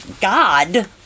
God